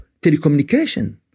telecommunication